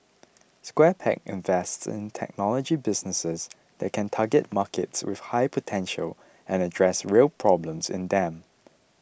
Square Peg invests in technology businesses that can target markets with high potential and address real problems in them